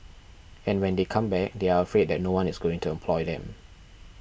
and when they come back they are afraid that no one is going to employ them